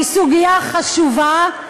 היא סוגיה חשובה,